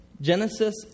Genesis